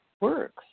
works